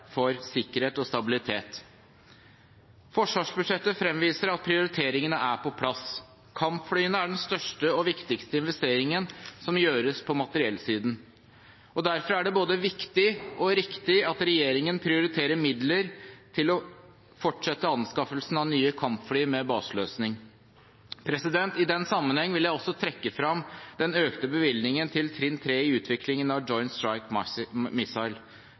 for sikkerhet og stabilitet. Forsvarsbudsjettet fremviser at prioriteringene er på plass. Kampflyene er den største og viktigste investeringen som gjøres på materiellsiden. Derfor er det både viktig og riktig at regjeringen prioriterer midler til å fortsette anskaffelsen av nye kampfly med baseløsning. I den sammenheng vil jeg også trekke frem den økte bevilgningen til trinn 3 i utviklingen av Joint Strike Missile,